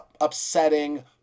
upsetting